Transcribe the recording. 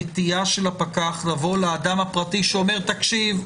הנטייה של הפקח לבוא אל האדם הפרטי שאומר: תקשיב,